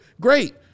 great